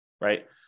right